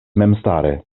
memstare